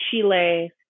Chile